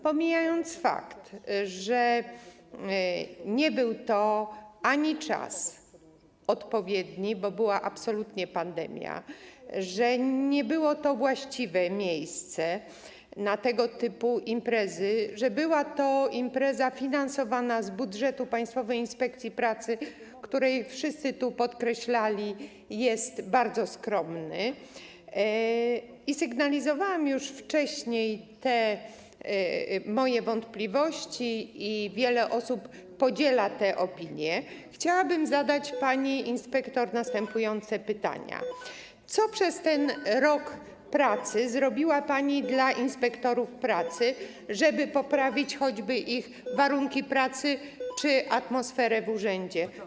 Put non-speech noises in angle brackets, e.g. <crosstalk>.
Pomijając fakt, że ani nie był to odpowiedni czas, bo była absolutnie pandemia, ani nie było to właściwe miejsce na tego typu imprezy, że była to impreza finansowana z budżetu Państwowej Inspekcji Pracy, który jest, jak wszyscy tu podkreślali, bardzo skromny - sygnalizowałam już wcześniej te moje wątpliwości i wiele osób podziela te opinie - chciałabym zadać <noise> pani inspektor następujące pytanie: Co przez ten rok pracy zrobiła pani dla inspektorów pracy, żeby poprawić choćby ich warunki pracy czy atmosferę w urzędzie?